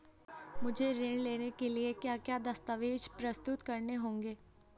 मुझे ऋण लेने के लिए क्या क्या दस्तावेज़ प्रस्तुत करने होंगे?